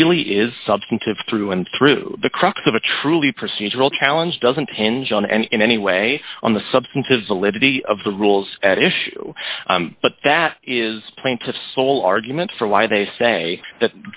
really is substantive through and through the crux of a truly procedural challenge doesn't hinge on any in any way on the substantive validity of the rules at issue but that is plaintiff's sole argument for why they say that